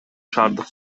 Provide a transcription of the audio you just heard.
шаардык